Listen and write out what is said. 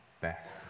best